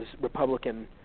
Republican